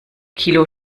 kilo